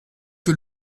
que